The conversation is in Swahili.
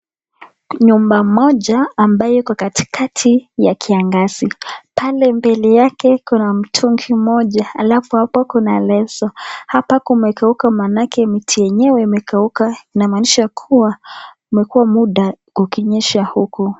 Nyumba moja ambayo iko katikati ya kiangazi pale mbele yake kuna mtungi moja halafu hapo kuna leso, hapa kumekauka maanake mti yenyewe imekauka inamaanisha kuwa imekuwa muda kukinyesha huku.